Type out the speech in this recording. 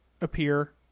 appear